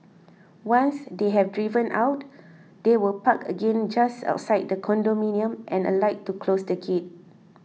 once they have driven out they will park again just outside the condominium and alight to close the key